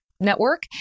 network